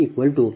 165 p